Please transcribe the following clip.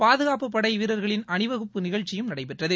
பாதுகாப்புப்படை வீரர்களின் அணிவகுப்பு நிகழ்ச்சியும் நடைபெற்றது